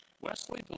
Wesley